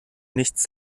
nichts